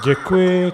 Děkuji.